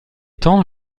temps